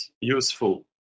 useful